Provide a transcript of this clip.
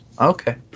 Okay